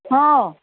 ꯍꯣ